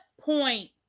point